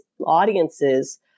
audiences